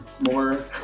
more